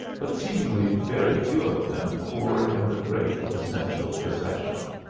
but seemingly very few of them poor in the great essential possession.